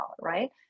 right